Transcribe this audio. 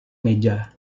meja